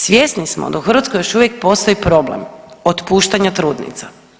Svjesni smo da u Hrvatskoj još uvijek postoji problem otpuštanja trudnica.